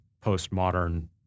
postmodern